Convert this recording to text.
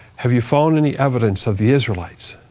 have you found any evidence of the israelites?